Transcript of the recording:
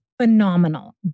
Phenomenal